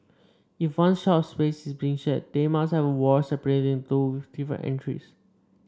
if one shop space is being shared they must have a wall separating the two with different entries